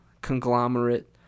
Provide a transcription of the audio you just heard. conglomerate